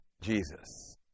Jesus